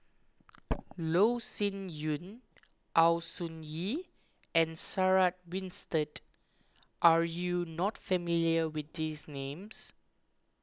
Loh Sin Yun Au Hing Yee and Sarah Winstedt are you not familiar with these names